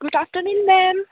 good afternoon ma'am